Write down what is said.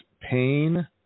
pain